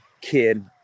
kid